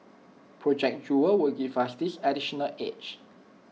project jewel will give us this additional edge